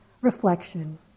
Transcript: reflection